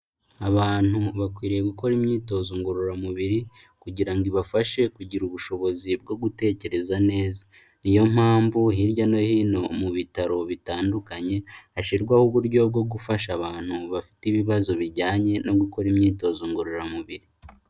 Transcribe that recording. Abantu bakwiriye gukora imyitozo ngororamubiri kugira ngo ibafashe kugira ubushobozi bwo gutekereza neza, niyo mpamvu hirya no hino mu bitaro bitandukanye, hashyirwaho uburyo bwo gufasha abantu bafite ibibazo bijyanye no gukora imyitozo ngororamubiri.